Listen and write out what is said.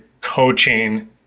coaching